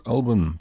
Album